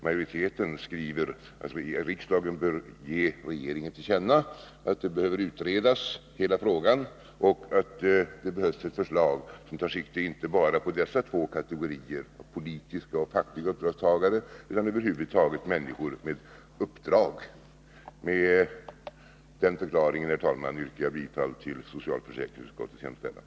Majoriteten skriver att riksdagen bör ge regeringen till känna att hela frågan behöver utredas och att det behövs ett förslag som tar sikte på inte bara dessa två kategorier — politiska och fackliga uppdragstagare — utan över huvud taget människor med uppdrag. Med den förklaringen, herr talman, yrkar jag bifall till socialförsäkringsutskottets hemställan.